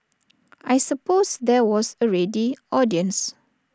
I suppose there was A ready audience